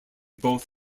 both